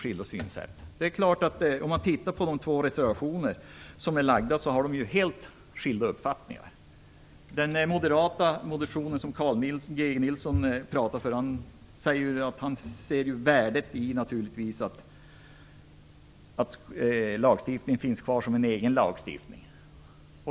I de två reservationerna går uppfattningarna helt isär. Han såg ett värde i att skogsvårdslagstiftningen fanns kvar som en egen lagstiftning.